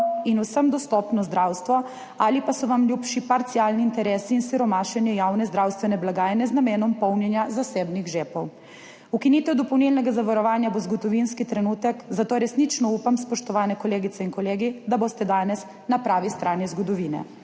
in vsem dostopno zdravstvo ali pa so vam ljubši parcialni interesi in siromašenje javne zdravstvene blagajne z namenom polnjenja zasebnih žepov. Ukinitev dopolnilnega zavarovanja bo zgodovinski trenutek, zato resnično upam, spoštovane kolegice in kolegi, da boste danes na pravi strani zgodovine.